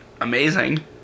amazing